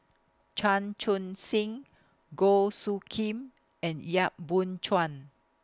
Chan Chun Sing Goh Soo Khim and Yap Boon Chuan